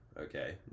okay